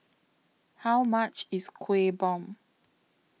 How much IS Kuih Bom